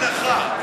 תן לי הנחה.